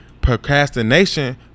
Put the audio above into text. procrastination